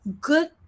good